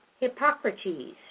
Hippocrates